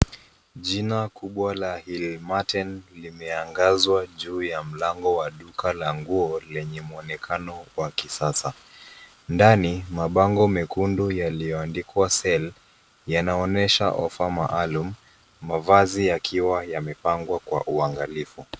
Jina kubwa la' Hill Marten' limeangazwa juu ya mlango wa duka la nguo lenye muonekano wa kisasa ,ndani mabango mekundu yaliyoandikwa sale yanaonyesha ofa maalumu mavazi yakiwa yamepangwa kwa uangalifu.